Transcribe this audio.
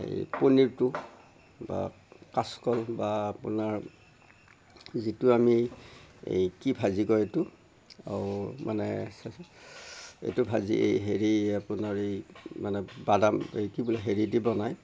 এই পনীৰটো বা কাচকল বা আপোনাৰ যিটো আমি এই কি ভাজি কয় এইটো মানে এইটো ভাজি হেৰি আপোনাৰ এই মানে বাদাম এই কি বুলি হেৰি দি বনাই